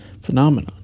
phenomenon